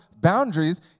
boundaries